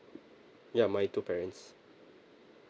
ya my two parents